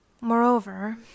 Moreover